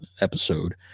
episode